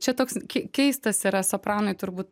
čia toks k keistas yra sopranui turbūt